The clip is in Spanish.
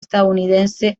estadounidense